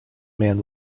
man